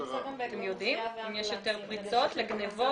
אתם יודעים אם יש יותר פריצות וגניבות?